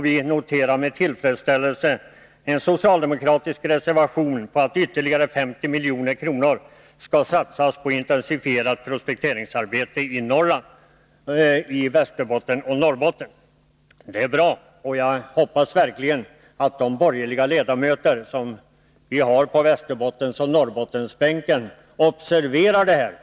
Vi noterar också med tillfredsställelse att det i en socialdemokratisk reservation yrkas att ytterligare 50 milj.kr. skall satsas på intensifierat prospekteringsarbete i Västerbotten och Norrbotten. Jag hoppas verkligen att de borgerliga ledamöterna på Västerbottenoch Norrbottenbänkarna observerar detta.